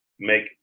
make